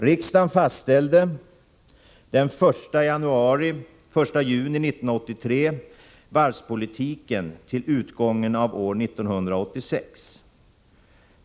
Riksdagen fastställde den 1 juni 1983 varvspolitiken till utgången av år 1986.